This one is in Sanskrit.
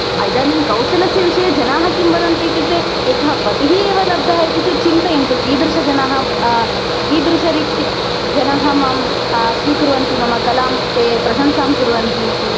इदानीं कौशलस्य विषये जनाः किं वदन्ति इत्युक्ते एकः पतिः लब्धः चेद् चिन्तयन्तु कीदृशजनाः कीदृशरीत्या जनाः मां स्वीकुर्वन्ति मम कलां ते प्रशंसां कुर्वन्ति इति